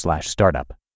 startup